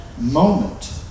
moment